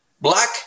black